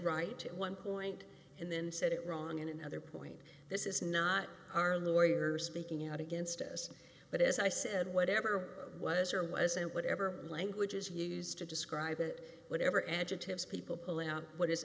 right to one point and then said it wrong in another point this is not our lawyer speaking out against us but as i said whatever it was or was it whatever language is used to describe it whatever adjectives people pull out what is